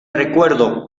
recuerdo